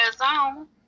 on